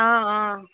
অঁ অঁ